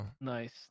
nice